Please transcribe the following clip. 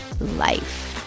life